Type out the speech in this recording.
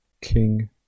King